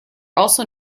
also